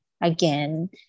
again